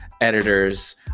editors